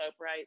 right